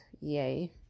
yay